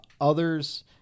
Others